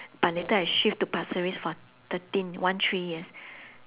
but later I shift to pasir ris for thirteen one three years